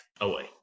away